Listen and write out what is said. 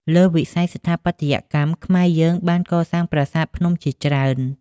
លើវិស័យស្ថាបត្យកម្ម ខ្មែរយើងបានកសាងប្រាសាទភ្នំជាច្រើន។